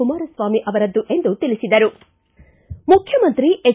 ಕುಮಾರಸ್ವಾಮಿ ಅವರದ್ದು ಎಂದು ತಿಳಿಸಿದರು ಮುಖ್ಣಮಂತ್ರಿ ಎಚ್